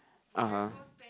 ah !huh!